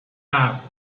out